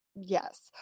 yes